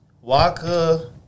Waka